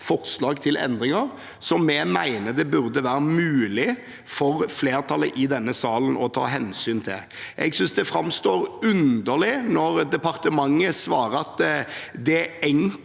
forslag til endringer som vi mener det burde være mulig for flertallet i denne salen å ta hensyn til. Jeg synes det framstår underlig når departementet svarer at det er